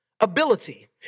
ability